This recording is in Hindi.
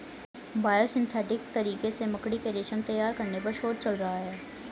बायोसिंथेटिक तरीके से मकड़ी के रेशम तैयार करने पर शोध चल रहा है